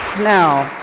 now,